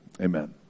Amen